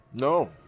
no